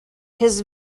his